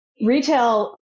Retail